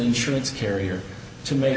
insurance carrier to make